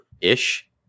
ish